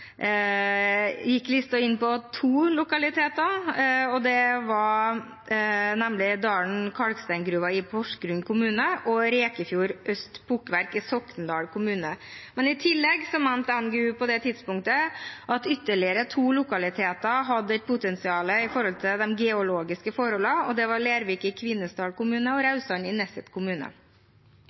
inn på to lokaliteter, nemlig Dalen kalksteingruve i Porsgrunn kommune og Rekefjord Øst pukkverk i Sokndal kommune. I tillegg mente NGU på det tidspunktet at ytterligere to lokaliteter hadde potensial i forhold til de geologiske forholdene, og det var Lervik i Kvinesdal kommune og Raudsand i Nesset